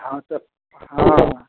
हॅं तऽ हॅं